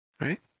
Right